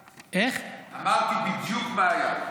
אמרתי בדיוק מה היה.